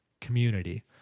community